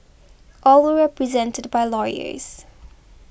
all were represented by lawyers